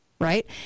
right